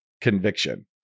conviction